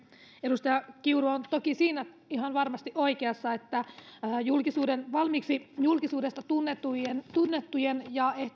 edustaja kiuru on toki ihan varmasti oikeassa siinä että valmiiksi julkisuudesta tunnettujen ja